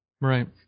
Right